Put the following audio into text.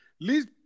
least